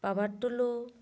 power Tulu